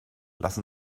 lass